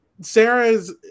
Sarah's